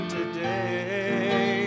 today